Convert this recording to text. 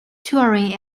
touring